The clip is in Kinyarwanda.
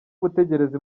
gutegereza